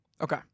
Okay